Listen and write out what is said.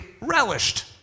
relished